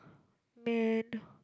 man